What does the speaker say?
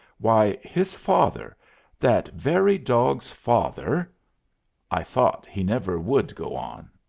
why, his father that very dog's father i thought he never would go on.